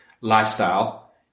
lifestyle